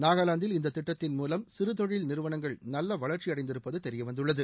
நாகாலாந்தில் இந்த திட்டத்தின் மூலம் சிறு தொழில் நிறுவனங்கள் நல்ல வளர்ச்சியடைந்திருப்பது தெரியவந்துள்ளது